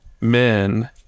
men